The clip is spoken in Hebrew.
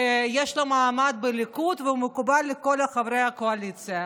שיש לו מעמד בליכוד ושהוא מקובל על כל חברי הקואליציה.